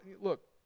look